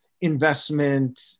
investment